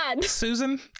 Susan